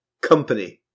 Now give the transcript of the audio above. Company